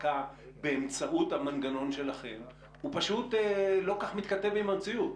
ההדבקה באמצעות המנגנון שלכם הוא פשוט לא כל כך מתכתב עם המציאות?